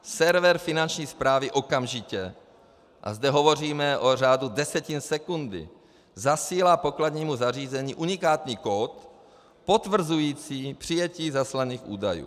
Server Finanční správy okamžitě a zde hovoříme o řádu desetin sekundy zasílá pokladnímu zařízení unikátní kód potvrzující přijetí zaslaných údajů.